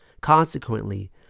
Consequently